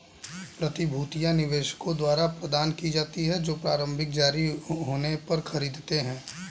प्रतिभूतियां निवेशकों द्वारा प्रदान की जाती हैं जो प्रारंभिक जारी होने पर खरीदते हैं